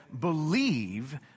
Believe